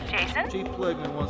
Jason